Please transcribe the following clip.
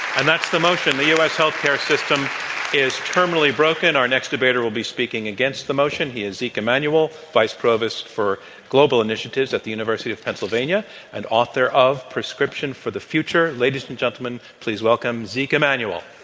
and that's the motion. the us healthcare system is terminally broken. our next debater will be speaking against the motion. he is zeke emanuel, vice provost for global initiatives at the university of pennsylvania and author of prescription for the future. ladies and gentlemen, please welcome zeke emanuel.